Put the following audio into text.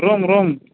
room room